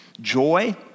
joy